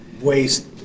waste